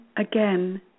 again